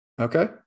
Okay